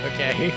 Okay